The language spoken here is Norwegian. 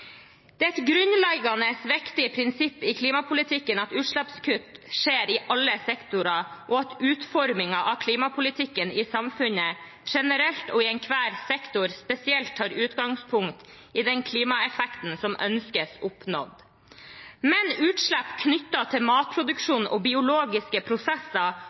Det er et grunnleggende viktig prinsipp i klimapolitikken at utslippskutt skjer i alle sektorer, og at utformingen av klimapolitikken i samfunnet generelt og i enhver sektor spesielt tar utgangspunkt i den klimaeffekten som ønskes oppnådd. Men utslipp knyttet til matproduksjon og biologiske prosesser